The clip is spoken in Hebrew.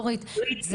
דורית.